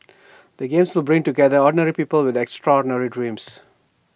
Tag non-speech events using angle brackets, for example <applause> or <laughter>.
<noise> the games will bring together ordinary people with extraordinary dreams